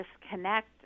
disconnect